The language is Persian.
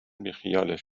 بیخیالش